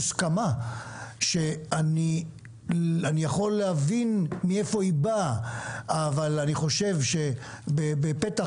מוסכמה שאני יכול להבין מהיכן היא באה אבל אני חושב שהרבע